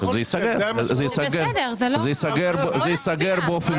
זה ייסגר באופן טבעי.